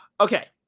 Okay